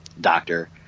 doctor